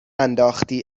انداختی